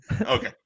Okay